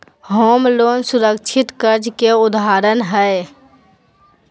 home loan सुरक्षित कर्ज के उदाहरण हय